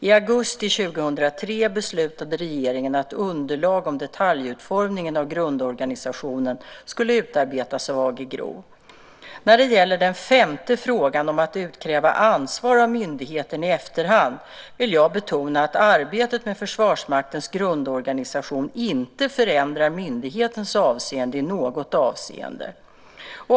I augusti 2003 beslutade regeringen att underlag om detaljutformningen av grundorganisationen skulle utarbetas av AG GRO. När det gäller den femte frågan, om att utkräva ansvar av myndigheten i efterhand, vill jag betona att arbetet med Försvarsmaktens grundorganisation inte förändrar myndighetens ansvar i något avseende.